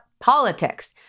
politics